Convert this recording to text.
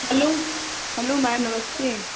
hello hello ma'am नमस्ते